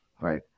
right